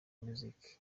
music